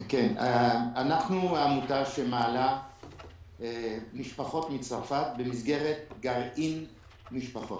אנחנו העמותה שמעלה משפחות מצרפת במסגרת גרעין משפחות.